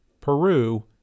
Peru